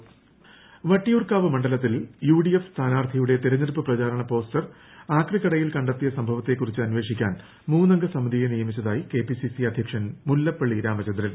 മുല്ലപ്പള്ളി വട്ടിയൂർക്കാവ് മണ്ഡലത്തിൽ യുഡിഎഫ് സ്ഥാനാർത്ഥിയുടെ തിരഞ്ഞെടുപ്പ് പ്രചാരണ പോസ്റ്റർ ആക്രിക്കടയിൽ കണ്ടെത്തിയ സംഭവത്തെക്കുറിച്ച് അന്വേഷിക്കാൻ മൂന്നംഗ സമതിയെ നിയമിച്ചതായി കെപിസിസി അധ്യക്ഷൻ മുല്ലപ്പള്ളി രാമചന്ദ്രൻ